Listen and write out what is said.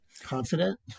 confident